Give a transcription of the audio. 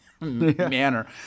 manner